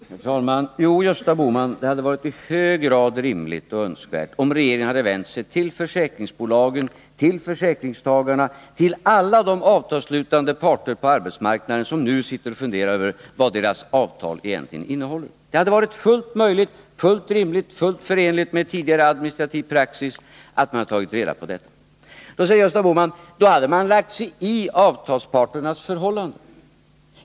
Herr talman! Jo, Gösta Bohman, det hade varit i hög grad rimligt och önskvärt om regeringen hade vänt sig till försäkringsbolagen, till försäkringstagarna och till alla de avtalsslutande parter på arbetsmarknaden som nu sitter och funderar över vad deras avtal egentligen innehåller. Det hade varit fullt möjligt, fullt rimligt och fullt förenligt med tidigare administrativ praxis att ta reda på detta. Då säger Gösta Bohman att i så fall hade man lagt sig i avtalsparternas förhållanden.